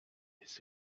his